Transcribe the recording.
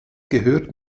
gehörte